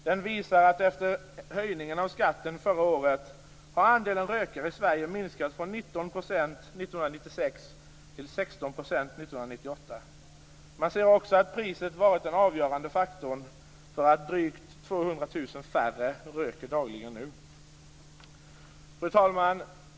Den visar att efter höjningen av skatten förra året har andelen rökare i Sverige minskat från 19 % 1996 till 16 % 1998. Man ser också att priset varit den avgörande faktorn för att drygt 200 000 färre röker dagligen. Fru talman!